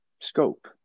scope